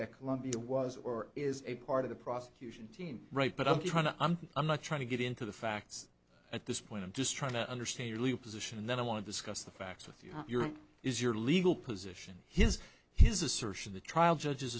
that colombia was or is a part of the prosecution team right but i'm trying to unpick i'm not trying to get into the facts at this point i'm just trying to understand your position and then i want to discuss the facts with you your is your legal position his his assertion the trial judge